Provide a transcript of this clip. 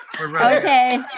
Okay